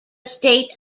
state